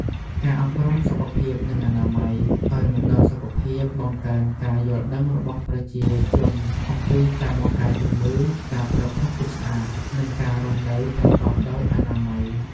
ការអប់រំសុខភាព និងអនាម័យ ដោយមណ្ឌលបានបង្កើនការយល់ដឹងរបស់ប្រជាជនអំពីការបង្ការជំងឺ ការប្រើប្រាស់ទឹកស្អាត និងការរស់នៅប្រកបដោយអនាម័យ។